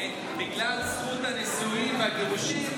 בגלל זכות הנישואין והגירושין,